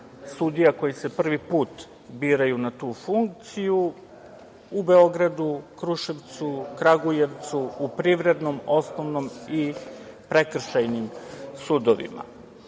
sudija koji se prvi put biraju na tu funkciju u Beogradu, Kruševcu, Kragujevcu, u privrednom, osnovnom i prekršajnim sudovima. Pogledao